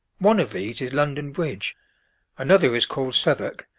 one of these is london bridge another is called southwark,